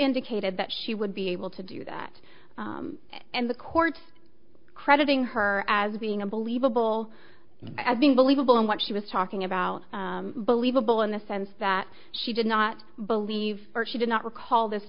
indicated that she would be able to do that and the court crediting her as being a believable as being believable and what she was talking about believable in the sense that she did not believe or she did not recall this